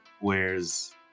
wears